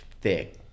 Thick